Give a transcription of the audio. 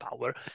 power